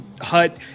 hut